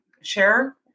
share